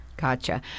Gotcha